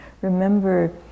remember